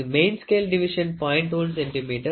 1 centimetre ஆகும்